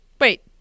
Wait